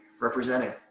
representing